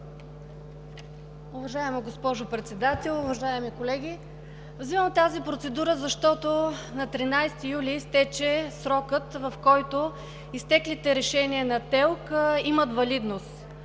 Уважаема госпожо Председател, уважаеми колеги! Взимам тази процедура, защото на 13 юли изтече срокът, в който изтеклите решения на ТЕЛК имат валидност.